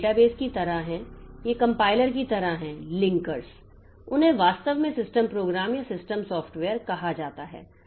तो ये डेटाबेस की तरह हैं ये कंपाइलर की तरह हैं लिंकर्स उन्हें वास्तव में सिस्टम प्रोग्राम या सिस्टम सॉफ़्टवेयर कहा जाता है